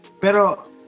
Pero